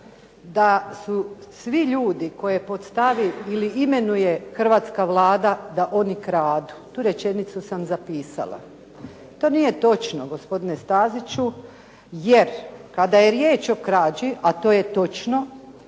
da su svi ljudi koje postavi ili imenuje hrvatska Vlada da oni kradu. Tu rečenicu sam zapisala. To nije točno gospodine Staziću, jer kada je riječ o krađi, a to je točno,